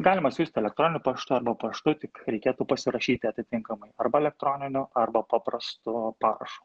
galima siųsti elektroniniu paštu arba paštu tik reikėtų pasirašyti atitinkamai arba elektroniniu arba paprastu parašu